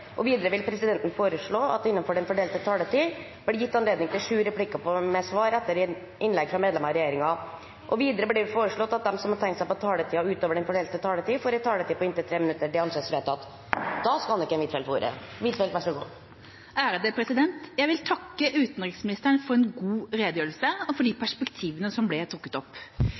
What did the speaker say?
minutter. Videre vil presidenten foreslå at det – innenfor den fordelte taletid – blir gitt anledning til sju replikker med svar etter innlegg fra medlemmer av regjeringen. Videre blir det foreslått at de som måtte tegne seg på talerlisten utover den fordelte taletid, får en taletid på inntil 3 minutter. – Det anses vedtatt. Jeg vil takke utenriksministeren for en god redegjørelse og for de perspektivene som ble trukket opp.